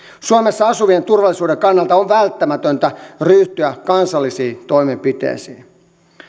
suomessa asuvien turvallisuuden kannalta on välttämätöntä ryhtyä kansallisiin toimenpiteisiin